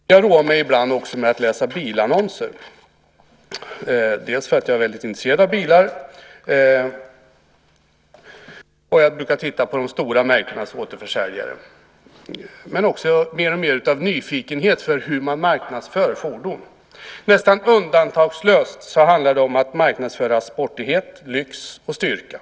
Ibland roar jag mig också med att läsa bilannonser dels därför att jag är väldigt intresserad av bilar - jag brukar titta på återförsäljarna för de stora märkena - dels mer och mer av nyfikenhet kring hur man marknadsför fordon. Nästan undantagslöst handlar det om att marknadsföra sportighet, lyx och styrka.